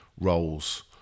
roles